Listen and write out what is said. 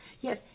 Yes